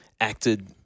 acted